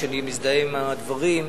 ואני מזדהה עם הדברים.